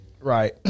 Right